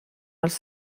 els